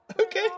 okay